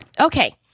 Okay